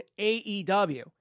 AEW